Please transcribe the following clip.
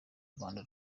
rwanda